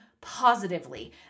positively